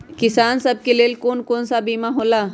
किसान सब के लेल कौन कौन सा बीमा होला?